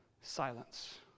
silence